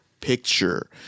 picture